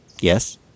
Yes